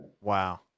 Wow